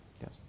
Yes